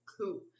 cool